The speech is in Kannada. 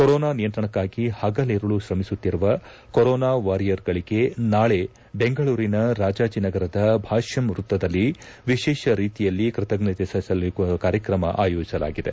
ಕೊರೊನಾ ನಿಯಂತ್ರಣಕ್ಕಾಗಿ ಪಗಲಿರುಳು ತ್ರಮಿಸುತ್ತಿರುವ ಕೊರೊನಾ ವಾರಿಯರ್ಗಳಿಗೆ ನಾಳೆ ಬೆಂಗಳೂರಿನ ರಾಜಾಜಿನಗರದ ಬ್ರಾಷ್ಕಂ ವೃತ್ತದಲ್ಲಿ ವಿಶೇಷ ರೀತಿಯಲ್ಲಿ ಕೃತಜ್ಞತೆ ಸಲ್ಲಿಸುವ ಕಾರ್ಯಕ್ರಮ ಆಯೋಜಿಸಲಾಗಿದೆ